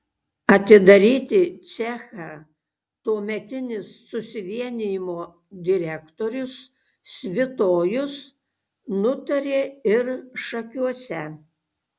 atidaryti cechą tuometinis susivienijimo direktorius svitojus nutarė ir šakiuose